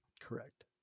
Correct